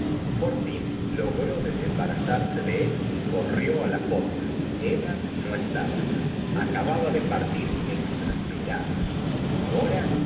por fin logró desembarazarse de él y corrió á la fonda emma no estaba ya acababa de partir exa pe rada ahora